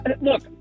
Look